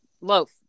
loaf